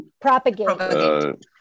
Propagate